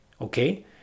Okay